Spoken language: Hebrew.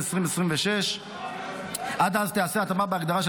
ביולי 2026. עד אז תיעשה התאמה בהגדרה של